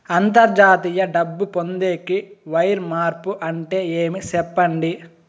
అంతర్జాతీయ డబ్బు పొందేకి, వైర్ మార్పు అంటే ఏమి? సెప్పండి?